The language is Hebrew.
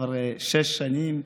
כבר שש שנים,